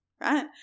right